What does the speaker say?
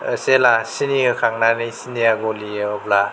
जेला सिनि होखांनानै सिनिया गलियो अब्ला